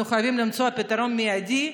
אנחנו חייבים למצוא פתרון מיידי,